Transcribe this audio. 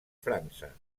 frança